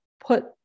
put